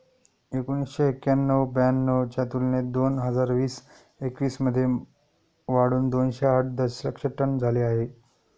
एकोणीसशे एक्क्याण्णव ब्याण्णव च्या तुलनेत दोन हजार वीस एकवीस मध्ये वाढून दोनशे आठ दशलक्ष टन झाले आहे